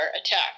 attack